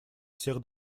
всех